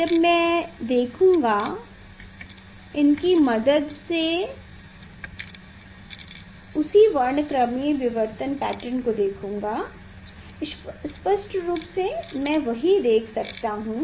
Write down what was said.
जब मैं देखूंगा इनकी मदद से उसी वर्णक्रमीय विवर्तन पैटर्न को देखूंगा स्पष्ट रूप से मैं वही देख सकता हूं